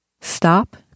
stop